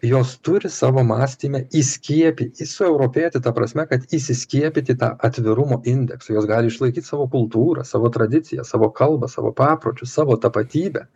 jos turi savo mąstyme įskiepyt sueuropieti ta prasme kad įsiskiepyti tą atvirumo indeksą jos gali išlaikyt savo kultūrą savo tradicijas savo kalbą savo papročius savo tapatybę